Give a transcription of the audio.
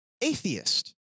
atheist